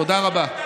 תודה רבה.